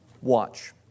watch